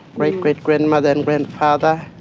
great great grandmother and grandfather,